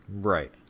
right